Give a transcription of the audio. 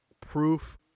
proof